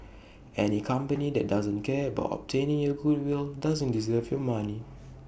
any company that doesn't care about obtaining your goodwill doesn't deserve your money